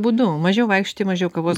būdu mažiau vaikštai mažiau kavos